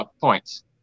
points